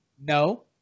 No